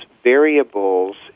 variables